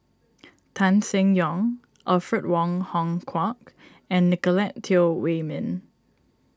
Tan Seng Yong Alfred Wong Hong Kwok and Nicolette Teo Wei Min